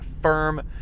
firm